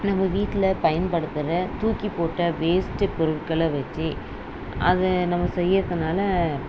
நம்ம வீட்டில் பயன்படுத்துகிற தூக்கிப்போட்ட வேஸ்ட் பொருட்களை வச்சு அதை நம்ம செய்யறதுனால்